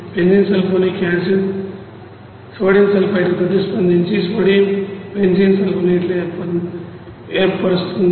benzene sulphonic acid sodium సల్ఫైట్కు ప్రతిస్పందించి sodium benzene సల్ఫోనేట్ను ఏర్పరుస్తుంది